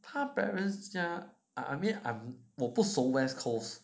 他 parents 家 I mean I'm 我不熟 west coast but